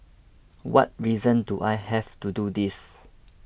what reason do I have to do this